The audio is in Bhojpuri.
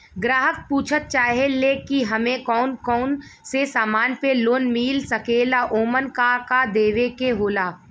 ग्राहक पुछत चाहे ले की हमे कौन कोन से समान पे लोन मील सकेला ओमन का का देवे के होला?